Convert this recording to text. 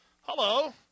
Hello